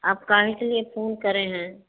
आप काहे के लिए आप फोन करे हैं